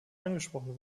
angesprochen